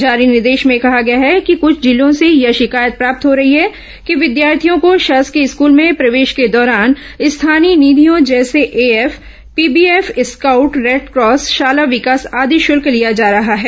जारी निर्देश में कहा गया है कि कृछ जिलों से यह शिकायत प्राप्त हो रही है कि विद्यार्थियों को शासकीय स्कूल में प्रवेश के दौरान स्थानीय निधियों जैसे एएफ पीबीएफ स्काउट रेडक्रॉस शाला विकास आदि शुल्क लिया जा रहा है